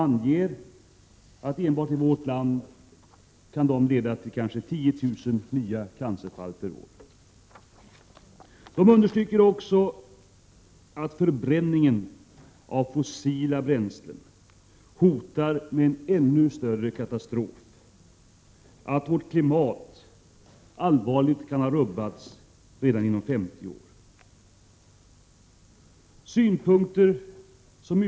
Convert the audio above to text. Vidare hävdar man att freonerna skulle kunna medverka till kanske 10 000 nya cancerfall per år bara i Sverige. Man understryker också att förbränningen av fossila bränslen hotar att leda till en Prot. 1987/88:135 än större katastrof. Vårt klimat kan ha fått allvarliga rubbningar redan inom 7 juni 1988 50 år.